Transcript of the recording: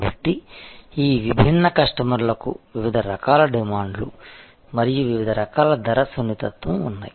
కాబట్టి ఈ విభిన్న కస్టమర్లకు వివిధ రకాల డిమాండ్లు మరియు వివిధ రకాల ధర సున్నితత్వం ఉన్నాయి